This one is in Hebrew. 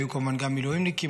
היו כמובן גם מילואימניקים,